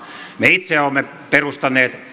me itse olemme perustaneet